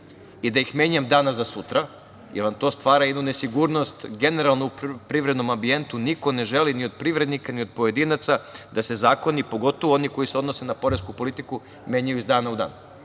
i da ih menjam danas za sutra, jer nam to stvara jednu nesigurnost generalno u privrednom ambijentu. Niko ne želi ni od privrednika ni od pojedinaca da se zakoni, pogotovo oni koji se odnose na poresku politiku, menjaju iz dana u dan.